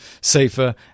safer